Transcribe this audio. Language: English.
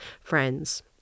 friends